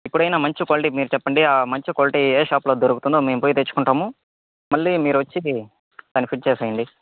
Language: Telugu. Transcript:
ఇప్పుడైనా మంచి క్వాలిటీ మీరు చెప్పండి ఆ మంచి క్వాలిటీ ఏ షాపులో దొరుకుతుందో మేము పోయి తెచ్చుకుంటాము మళ్ళీ మీరొచ్చి దాన్ని ఫిట్ చేసేయండీ